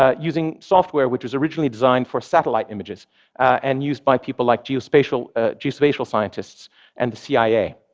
um using software which was originally designed for satellite images and used by people like geospatial geospatial scientists and the cia.